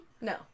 No